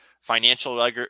financial